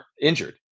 injured